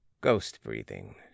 Ghost-breathing